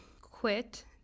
quit